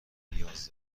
نیاز